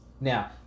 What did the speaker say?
Now